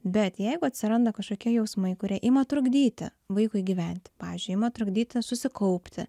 bet jeigu atsiranda kažkokie jausmai kurie ima trukdyti vaikui gyventi pavyzdžiui ima trukdyti susikaupti